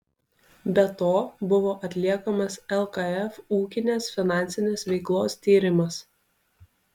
be to buvo atliekamas lkf ūkinės finansinės veiklos tyrimas